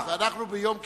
ביום כיפור,